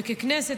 ככנסת,